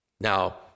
Now